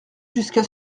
jusqu’à